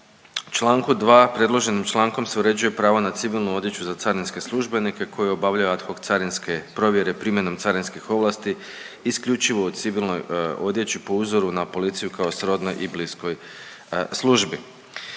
čl. 2., predloženim člankom se uređuje pravo na civilnu odjeću za carinske službenike koji obavljaju ad hoc carinske provjere primjenom carinskih ovlasti isključivo u civilnoj odjeći po uzoru na policiju kao srodnoj i bliskoj službi.